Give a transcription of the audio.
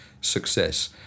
success